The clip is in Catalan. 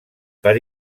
per